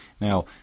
Now